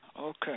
Okay